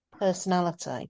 personality